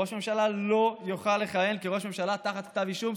ראש ממשלה לא יוכל לכהן כראש ממשלה תחת כתב אישום?